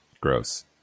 gross